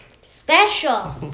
special